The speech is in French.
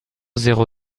zéro